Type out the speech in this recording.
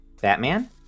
Batman